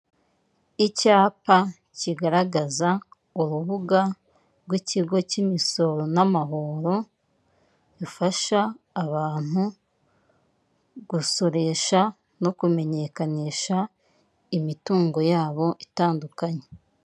Icyapa kigaragaza urubuga rw'ikigo cy'imisoro n'amahoro, bifasha abantu gusoresha no kumenyekanisha imitungo yabo itandukanye.